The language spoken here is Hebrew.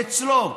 שאצלו